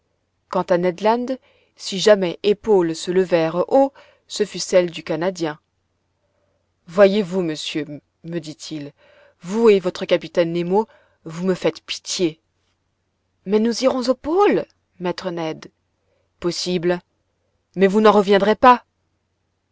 quant à ned land si jamais épaules se levèrent haut ce furent celles du canadien voyez-vous monsieur me dit-il vous et votre capitaine nemo vous me faites pitié mais nous irons au pôle maître ned possible mais vous n'en reviendrez pas